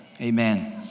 Amen